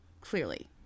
Clearly